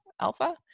Alpha